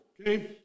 Okay